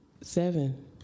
Seven